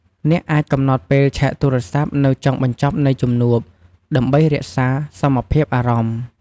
អ្នកអាចកំណត់ពេលឆែកទូរស័ព្ទនៅចុងបញ្ចប់នៃជំនួប ដើម្បីរក្សាសមភាពអារម្មណ៍។